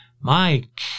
Mike